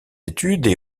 études